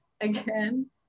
again